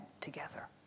together